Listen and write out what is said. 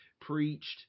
preached